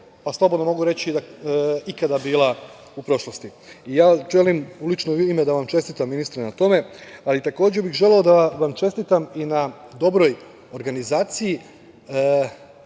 to, slobodno mogu reći, ikada bila u prošlosti. Želim u lično ime da vam čestitam ministre na tome, ali takođe bih želeo da vam čestitam i na dobroj organizaciji